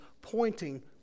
pointing